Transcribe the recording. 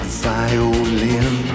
violin